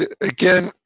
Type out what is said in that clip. Again